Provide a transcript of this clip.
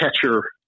catcher